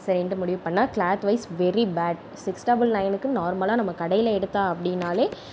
சரின்ட்டு முடிவுப் பண்ணேன் cloth wise very bad six double நைன்னுக்கு நார்மலாக நம்ம கடையில் எடுத்தால் அப்படீனாலே